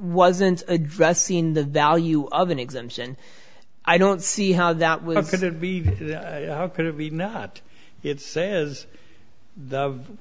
wasn't addressing the value of an exemption i don't see how that would be how could it be not it says